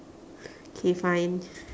okay fine